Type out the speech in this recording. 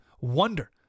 wonder